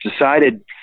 decided